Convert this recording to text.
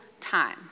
time